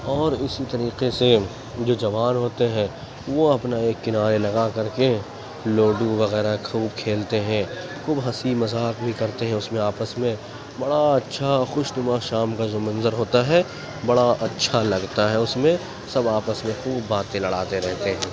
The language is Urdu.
اور اسی طریقے سے جو جوان ہوتے ہیں وہ اپنا ایک کنارے نہا کر کے لوڈو وغیرہ خوب کھیلتے ہیں خوب ہنسی مذاق بھی کرتے اس میں آپس میں بڑا اچھا خوشنما شام کا جو منظر ہوتا ہے بڑا اچھا لگتا ہے اس میں سب آپس میں خوب باتیں لڑاتے رہتے ہیں